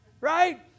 Right